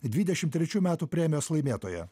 dvidešimt trečių metų premijos laimėtoją